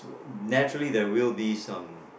naturally there will be some